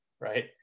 right